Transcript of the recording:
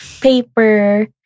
paper